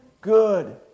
good